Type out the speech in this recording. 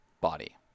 body